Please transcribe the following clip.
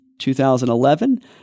2011